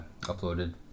uploaded